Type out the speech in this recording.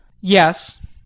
yes